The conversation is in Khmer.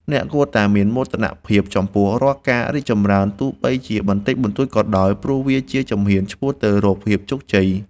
អ្នកគួរតែមានមោទនភាពចំពោះរាល់ការរីកចម្រើនទោះបីជាបន្តិចបន្តួចក៏ដោយ ព្រោះវាជាជំហានឆ្ពោះទៅរកភាពជោគជ័យ។